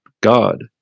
God